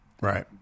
Right